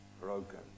Broken